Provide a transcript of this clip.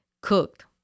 cooked